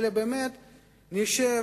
אלא באמת נשב,